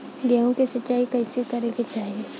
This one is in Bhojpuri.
गेहूँ के सिंचाई कइसे करे के चाही?